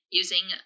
using